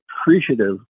appreciative